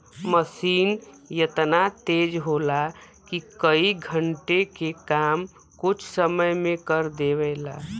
मसीन एतना तेज होला कि कई घण्टे के काम कुछ समय मे कर देवला